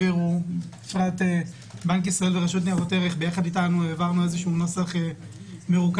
בנק ישראל ורשות ניירות ערך ביחד אתנו העברנו נוסח מרוכך